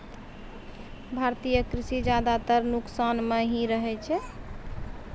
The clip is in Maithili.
भारतीय कृषि ज्यादातर नुकसान मॅ ही रहै छै